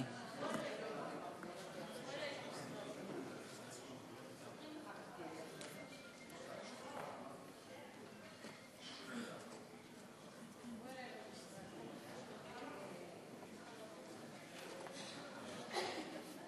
אדוני.